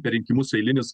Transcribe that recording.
per rinkimus eilinis